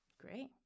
Great